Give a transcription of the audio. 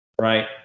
right